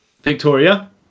Victoria